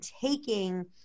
taking